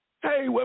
Hey